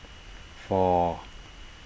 four